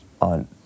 on